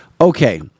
Okay